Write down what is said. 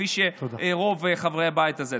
כמו רוב חברי הבית הזה.